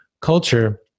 culture